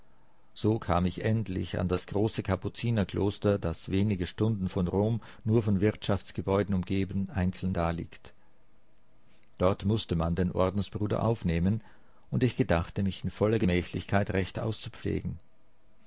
so kam ich endlich an das große kapuzinerkloster das wenige stunden von rom nur von wirtschaftsgebäuden umgeben einzeln daliegt dort mußte man den ordensbruder aufnehmen und ich gedachte mich in voller gemächlichkeit recht auszupflegen